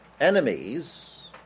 enemies